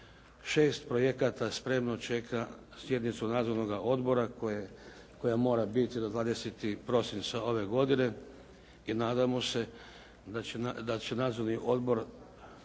Šest projekata spremno čeka sjednicu nadzornoga odbora koja mora biti do 20. prosinca ove godine i nadamo se da će nadzorni odbor